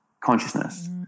consciousness